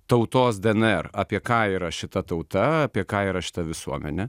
tautos dnr apie ką yra šita tauta apie ką yra šita visuomenė